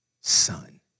son